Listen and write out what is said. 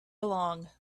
along